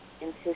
insist